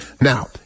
Now